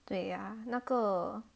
对呀那个